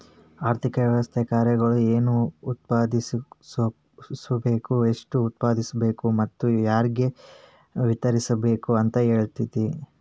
ಆರ್ಥಿಕ ವ್ಯವಸ್ಥೆ ಕಾರ್ಯಗಳು ಏನ್ ಉತ್ಪಾದಿಸ್ಬೇಕ್ ಎಷ್ಟು ಉತ್ಪಾದಿಸ್ಬೇಕು ಮತ್ತ ಯಾರ್ಗೆ ವಿತರಿಸ್ಬೇಕ್ ಅಂತ್ ಹೇಳ್ತತಿ